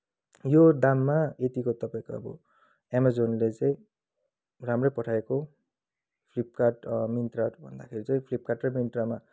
यो दाममा यत्तिको तपाईँको अब एमाजोनले चाहिँ राम्रै पठाएको फ्लिपकार्ट मिन्त्राहरू भन्दाखेरि चाहिँ फ्लिपकार्ट र मिन्त्रामा